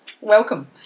welcome